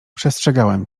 przestrzegałem